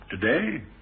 today